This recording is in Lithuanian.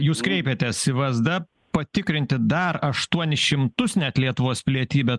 jūs kreipėtės į vsd patikrinti dar aštuonis šimtus net lietuvos pilietybę